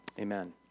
amen